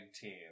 team